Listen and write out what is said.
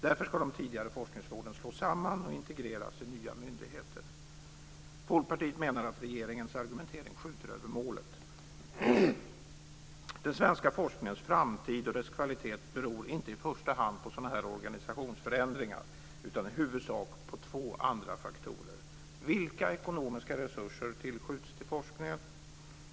Därför ska de tidigare forskningsråden slås samman och integreras i nya myndigheter. Folkpartiet menar att regeringens argumentering skjuter över målet. Den svenska forskningens framtid och dess kvalitet beror inte i första hand på organisationsförändringar utan i huvudsak på två andra faktorer: Vilka ekonomiska resurser tillskjuts forskningen?